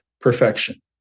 perfection